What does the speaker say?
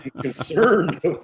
concerned